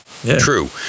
True